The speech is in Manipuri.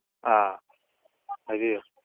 ꯑ ꯍꯥꯏꯕꯤꯌꯨ